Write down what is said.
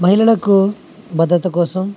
మహిళలకు భద్రత కోసం